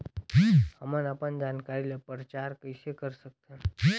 हमन अपन जानकारी ल प्रचार कइसे कर सकथन?